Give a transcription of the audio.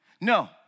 No